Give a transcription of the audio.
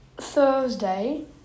Thursday